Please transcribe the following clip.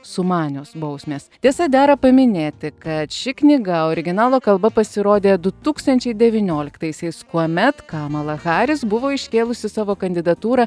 sumanios bausmės tiesa dera paminėti kad ši knyga originalo kalba pasirodė du tūkstančiai devynioliktaisiais kuomet kamala haris buvo iškėlusi savo kandidatūrą